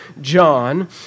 John